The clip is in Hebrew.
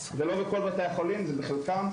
זה לא בכל בתי החולים, זה בחלקם.